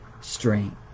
strength